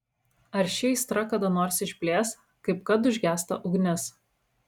ar ši aistra kada nors išblės kaip kad užgęsta ugnis